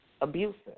abusive